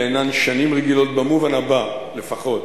אלה אינן שנים רגילות במובן הבא לפחות: